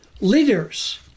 leaders